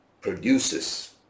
produces